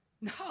No